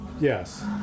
Yes